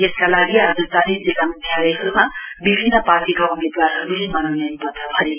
यसका लागि आज चारै जिल्ला मुख्यालयहरुमा विभिन्न पार्टीका उम्मेदवारहरुले मनोनयन पत्र भरे